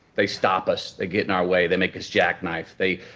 they stop us, they get in our way, they make us jackknife. they,